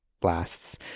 blasts